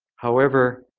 however,